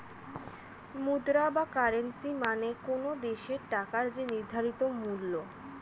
মুদ্রা বা কারেন্সী মানে কোনো দেশের টাকার যে নির্ধারিত মূল্য